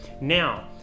Now